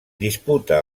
disputa